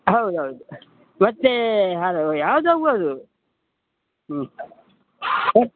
ಹೌದು ಹೌದು ಮತ್ತೆ ಹಲೋ ಯಾವುದಾಗ್ಬೋದು ಹ್ಞೂ ಏಯ್